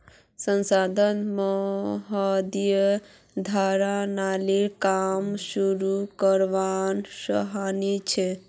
सांसद महोदय द्वारा नालीर काम शुरू करवाना सराहनीय छ